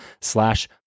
slash